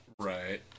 Right